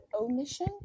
omission